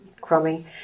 crummy